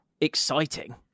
exciting